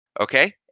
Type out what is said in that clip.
okay